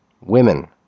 Women